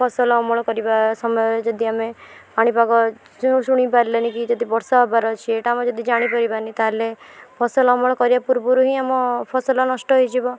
ଫସଲ ଅମଳ କରିବା ସମୟରେ ଯଦି ଆମେ ପାଣି ପାଗ ଶୁଣି ପାରିଲେନି କି ଯଦି ବର୍ଷା ହେବାର ଅଛି ଏଇଟା ଆମେ ଯଦି ଜାଣି ପାରିବାନି ତାହେଲେ ଫସଲ ଅମଳ କରିବା ପୂର୍ବରୁ ହିଁ ଆମ ଫସଲ ନଷ୍ଟ ହେଇଯିବ